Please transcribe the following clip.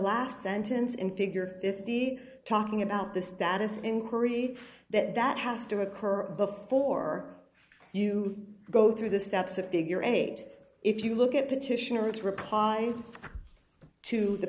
last sentence in figure if he talking about the status inquiry that that has to occur before you go through the steps of figure eight if you look at petitioners reply to the